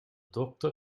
dokter